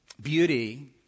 beauty